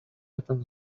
этом